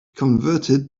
converted